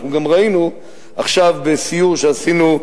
גם ראינו עכשיו, בסיור שעשינו,